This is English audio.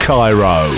Cairo